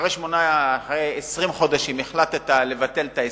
אחרי 20 חודשים החלטת לבטל את ההסכם,